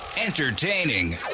Entertaining